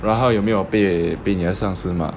然后有没有被被你的上司骂